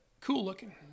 cool-looking